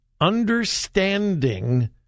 understanding